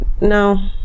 No